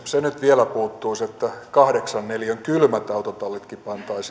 se nyt vielä puuttuisi että kahdeksan neliön kylmät autotallitkin pantaisiin tähän